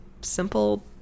simple